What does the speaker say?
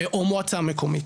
או מועצה מקומית.